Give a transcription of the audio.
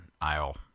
aisle